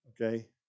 okay